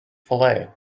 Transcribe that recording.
fillet